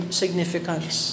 significance